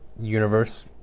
universe